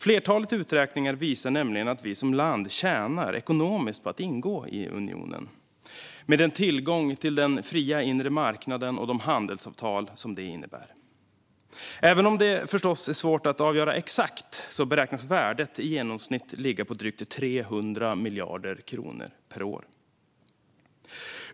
Flertalet uträkningar visar nämligen att vi som land tjänar ekonomiskt på att ingå i unionen med den tillgång till den fria inre marknaden och de handelsavtal som det innebär. Även om det förstås är svårt att avgöra exakt beräknas värdet i genomsnitt ligga på drygt 300 miljarder kronor per år.